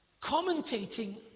commentating